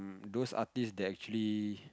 those artist that actually